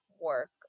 work